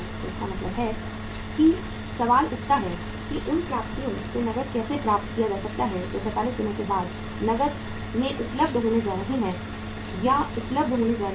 तो इसका मतलब है कि यह सवाल उठता है कि उन प्राप्तियों से नकद कैसे प्राप्त किया जा सकता है जो 45 दिनों के बाद नकद में उपलब्ध होने जा रहे हैं या उपलब्ध होने जा रहे हैं